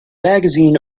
magazine